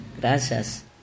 Gracias